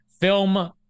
film